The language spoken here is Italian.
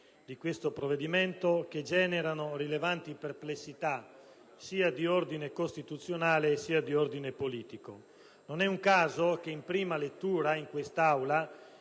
di questo provvedimento che generano rilevanti perplessità, sia di ordine costituzionale, sia di ordine politico. Non è un caso che in prima lettura in quest'Aula